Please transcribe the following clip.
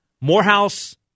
Morehouse